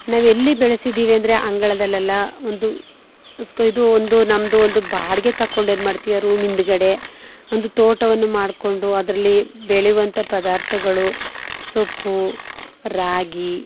ನಾವು ಎಲ್ಲಿ ಬೆಳೆಸಿದ್ದೀವಿ ಅಂದರೆ ಅಂಗಳದಲ್ಲೆಲ್ಲ ಒಂದು ಇಸ್ಕ್ ಇದು ಒಂದು ನಮ್ಮದು ಒಂದು ಬಾಡಿಗೆ ತಗೊಂಡು ಏನು ಮಾಡ್ತೀವಿ ರೂಮ್ ಹಿಂದ್ಗಡೆ ಒಂದು ತೋಟವನ್ನು ಮಾಡಿಕೊಂಡು ಅದರಲ್ಲಿ ಬೆಳೆವಂಥ ಪದಾರ್ಥಗಳು ಸೊಪ್ಪು ರಾಗಿ